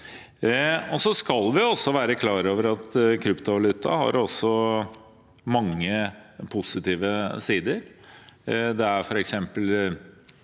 Så skal vi være klar over at kryptovaluta også har mange positive sider.